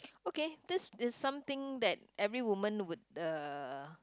okay this is something that every woman would uh